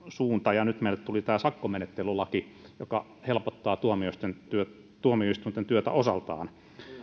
suunta ja nyt meille tuli tämä sakkomenettelylaki joka helpottaa tuomioistuinten työtä osaltaan